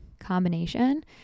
combination